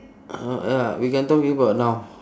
uh ya we can talk it about now